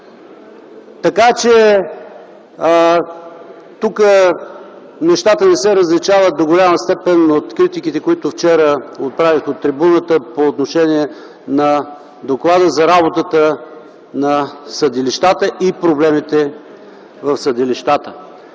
съд. Нещата не се различават до голяма степен в критиките, които вчера отправих от трибуната по отношение на доклада, за работата на съдилищата и проблемите в съдилищата.